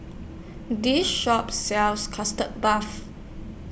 This Shop sells Custard Puff